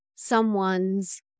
someone's